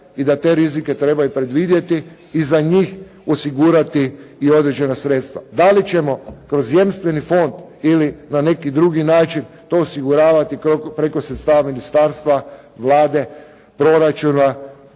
i da te rizike treba i predvidjeti i za njih osigurati i određene sredstva. Da li ćemo kroz jamstveni fond ili na neki drugi način to osiguravati preko sredstava ministarstva, Vlade, proračuna,